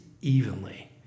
evenly